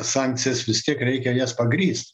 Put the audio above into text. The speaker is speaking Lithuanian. sankcijas vis tiek reikia jas pagrįst